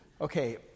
Okay